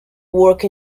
work